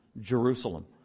Jerusalem